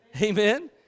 Amen